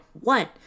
one